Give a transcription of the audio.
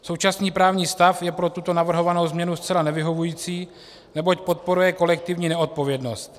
Současný právní stav je pro tuto navrhovanou změnu zcela nevyhovující, neboť podporuje kolektivní neodpovědnost.